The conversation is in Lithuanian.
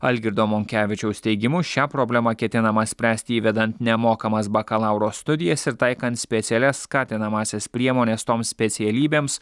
algirdo monkevičiaus teigimu šią problemą ketinama spręsti įvedant nemokamas bakalauro studijas ir taikant specialias skatinamąsias priemones toms specialybėms